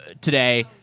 today